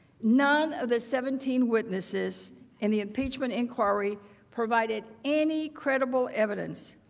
none of the seventy witnesses in the impeachment inquiry provided any credible evidence,